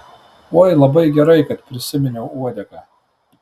oi labai gerai kad prisiminiau uodegą